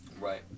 Right